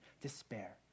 despair